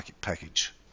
package